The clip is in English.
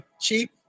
cheap